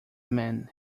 man